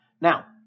Now